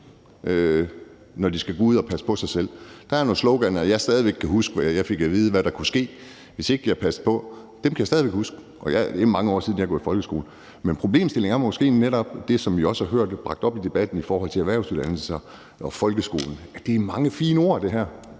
når de skal gå ud og passe på sig selv. Der er nogle sloganer, jeg stadig væk kan huske, hvor jeg fik at vide, hvad der kunne ske, hvis ikke jeg passede på. Dem kan jeg stadig væk huske, og det er mange år siden, jeg har gået i folkeskolen. Men problemstillingen er måske netop det, som vi også har hørt bragt op i debatten i forhold til erhvervsuddannelser og folkeskolen, at det her er mange fine ord. Derfor